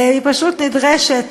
היא פשוט נדרשת.